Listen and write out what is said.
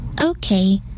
Okay